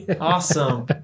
Awesome